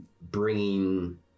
bringing